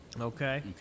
Okay